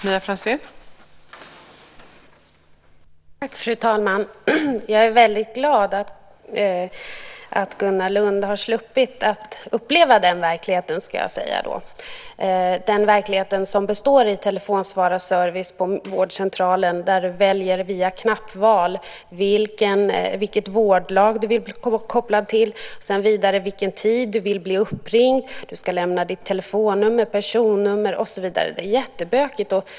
Fru talman! Jag vill då säga att jag är väldigt glad över att Gunnar Lund har sluppit att uppleva den verkligheten. Det är en verklighet som består av telefonsvararservice på vårdcentralen, där du via knappval ska ange vilket vårdlag du vill bli kopplad till, vid vilken tid du vill bli uppringd, ditt telefonnummer, personnummer och så vidare.